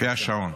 לפי השעון.